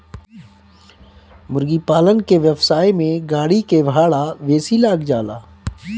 मुर्गीपालन के व्यवसाय में गाड़ी के भाड़ा बेसी लाग जाला